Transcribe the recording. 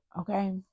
Okay